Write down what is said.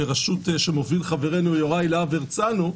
שמוביל חברנו יוראי להב-הרצנו,